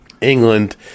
england